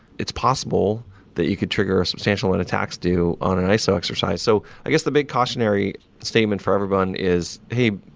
it's possible that you could trigger a substantial on a tax due on an iso exercise. so i guess the cautionary stamen for everyone is, hey,